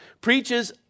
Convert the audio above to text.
preaches